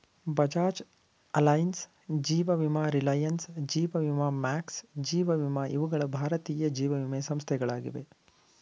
Bajaj Allianz, ಜೀವ ವಿಮಾ ರಿಲಯನ್ಸ್, ಜೀವ ವಿಮಾ ಮ್ಯಾಕ್ಸ್, ಜೀವ ವಿಮಾ ಇವುಗಳ ಭಾರತೀಯ ಜೀವವಿಮೆ ಸಂಸ್ಥೆಗಳಾಗಿವೆ